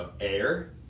air